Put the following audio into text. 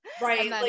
right